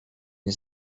nie